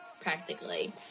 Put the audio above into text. practically